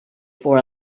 for